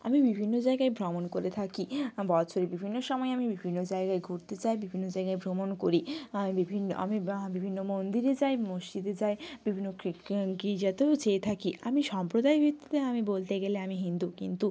আমি বিভিন্ন জায়গায় ভ্রমণ করে থাকি বছরের বিভিন্ন সময় আমি বিভিন্ন জায়গায় ঘুরতে যাই বিভিন্ন জায়গায় ভ্রমণ করি আমি বিভিন্ন আমি বা বিভিন্ন মন্দিরে যাই মসজিদে যাই বিভিন্ন গ্রিক গির্জাতেও যেয়ে থাকি আমি সম্প্রদায় ভিত্তিতে আমি বলতে গেলে আমি হিন্দু কিন্তু